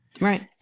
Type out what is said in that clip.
Right